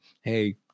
hey